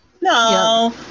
no